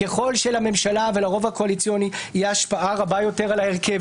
ככל שלממשלה ולרוב הקואליציוני תהיה השפעה רבה יותר על ההרכב